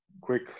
quick